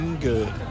good